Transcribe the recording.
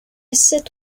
sit